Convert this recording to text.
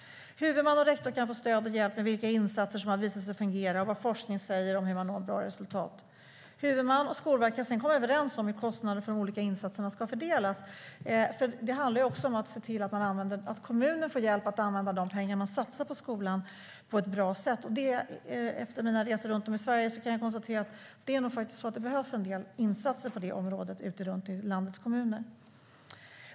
Huvudman och rektor kan få stöd och hjälp med de insatser som har visat sig fungera och vad forskning säger om hur man når bra resultat. Huvudmannen och Skolverket kan sedan komma överens om hur kostnaderna för de olika insatserna ska fördelas. Det handlar ju om att se till att kommunen får hjälp att använda pengarna till att satsa på skolan på ett bra sätt. Efter mina resor runt om i Sverige kan jag konstatera att det nog behövs en del insatser på det området ute i landets kommuner.